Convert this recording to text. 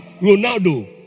Ronaldo